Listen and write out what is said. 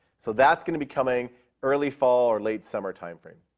so that's going to be coming early fall or late summertime frame.